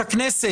הכנסת,